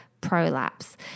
prolapse